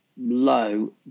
low